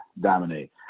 dominate